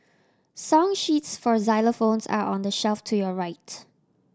song sheets for xylophones are on the shelf to your right